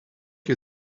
you